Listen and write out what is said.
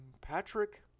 Patrick